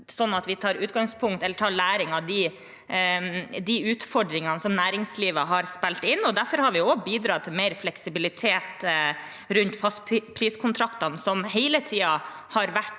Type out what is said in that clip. ter, tar vi lærdom av de utfordringene som næringslivet har spilt inn. Derfor har vi også bidratt til mer fleksibilitet rundt fastpriskontraktene, som hele tiden har vært